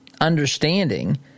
understanding